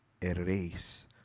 erase